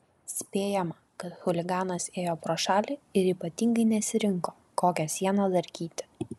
spėjama kad chuliganas ėjo pro šalį ir ypatingai nesirinko kokią sieną darkyti